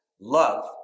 love